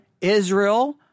Israel